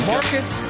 Marcus